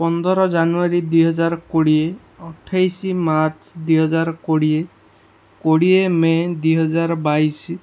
ପନ୍ଦର ଜାନୁଆରୀ ଦୁଇ ହଜାର କୋଡ଼ିଏ ଅଠେଇଶି ମାର୍ଚ୍ଚ ଦୁଇ ହଜାର କୋଡ଼ିଏ କୋଡ଼ିଏ ମେ ଦୁଇ ହଜାର ବାଇଶି